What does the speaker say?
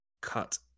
cut